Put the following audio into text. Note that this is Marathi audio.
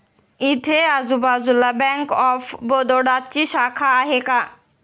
इथे आजूबाजूला बँक ऑफ बडोदाची शाखा आहे का?